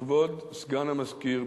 כבוד סגן המזכיר,